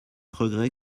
regrets